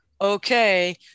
okay